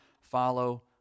follow